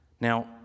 Now